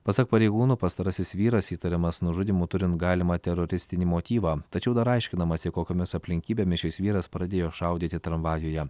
pasak pareigūnų pastarasis vyras įtariamas nužudymu turint galimą teroristinį motyvą tačiau dar aiškinamasi kokiomis aplinkybėmis šis vyras pradėjo šaudyti tramvajuje